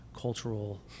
cultural